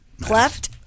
Cleft